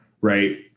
Right